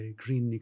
green